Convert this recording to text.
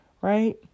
Right